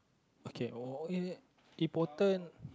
okay oh eh important